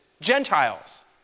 Gentiles